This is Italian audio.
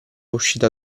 uscita